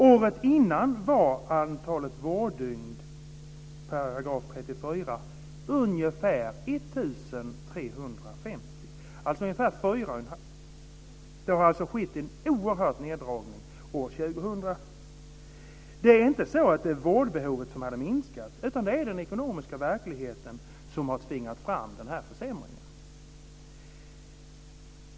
Året innan var antalet vårddygn för § 34-placeringar ungefär 1 350. Det har alltså skett en oerhörd neddragning år 2000. Det är inte så att det är vårdbehovet som har minskat, utan det är den ekonomiska verkligheten som har tvingat fram den här försämringen.